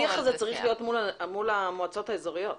השיח הזה צריך להיות מול המועצות האזוריות.